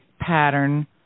pattern